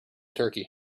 turkey